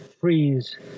freeze